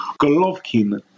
Golovkin